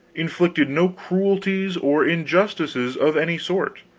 inflicted no cruelties or injustices of any sort,